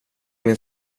min